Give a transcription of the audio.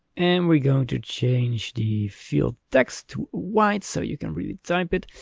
and we're going to change the field text to white, so you can really type it.